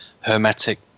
hermetic